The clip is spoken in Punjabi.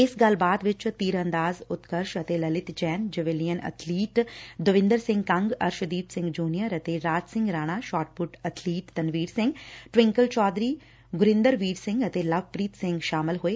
ਇਸ ਗੱਲਬਾਤ ਵਿਚ ਤੀਰਅੰਦਾਜ਼ ਉਤਕਰਸ਼ ਅਤੇ Lalit Jain javelin athlete Davinder Singh Kang Arshdeep Singh junior ਅਤੇ Raj Singh Rana shot put athlete Tanveer Singh Twinkle Chaudhary Gurinder Veer Singh ਅਤੇ ਲਵਪ੍ਰੀਤ ਸਿੰਘ ਸ਼ਾਮਲ ਹੋਏ